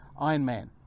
Ironman